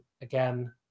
Again